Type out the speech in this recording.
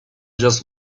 just